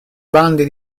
bande